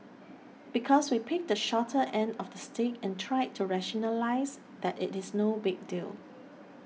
because we picked the shorter end of the stick and tried to rationalise that it is no big deal